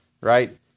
right